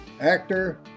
actor